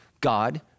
God